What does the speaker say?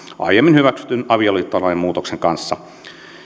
aiemmin hyväksytyn avioliittolain muutoksen kanssa